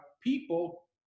people